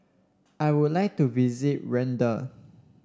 I would like to visit Rwanda